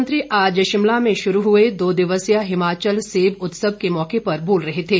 मुख्यमंत्री आज शिमला में शुरू हुए दो दिवसीय हिमाचल सेब उत्सव के मौके पर बोल रहे थे